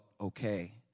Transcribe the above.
okay